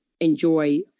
enjoy